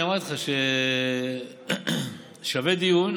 אני אמרתי לך שזה שווה דיון,